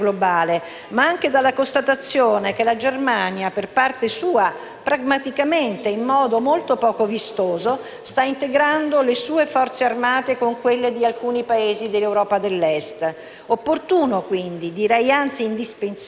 pragmaticamente e in modo molto poco vistoso, sta integrando le sue forze armate con quelle di alcuni Paesi dell'Europa dell'Est. È quindi opportuno e direi anzi indispensabile, se si vuole evitare un riarmo unilaterale (specie dopo la Brexit),